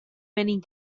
many